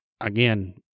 again